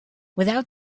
without